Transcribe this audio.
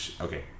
okay